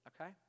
okay